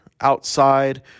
outside